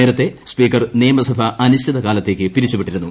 നേരത്തെ സ്പീക്കർ നിയമസഭ അനിശ്ചിതകാലത്തേക്ക് പിരിച്ചു വിട്ടിരുന്നു